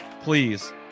Please